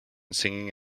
singing